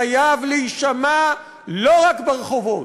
חייב להישמע לא רק ברחובות.